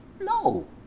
No